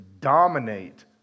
dominate